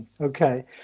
Okay